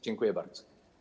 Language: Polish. Dziękuję bardzo.